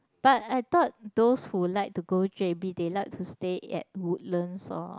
but I thought those who like to go j_b they like to stay at Woodlands or